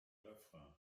refrain